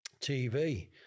TV